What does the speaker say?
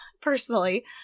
personally